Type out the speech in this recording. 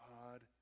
God